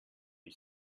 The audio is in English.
you